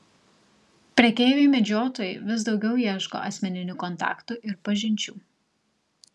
prekeiviai medžiotojai vis daugiau ieško asmeninių kontaktų ir pažinčių